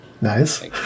Nice